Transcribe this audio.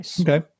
okay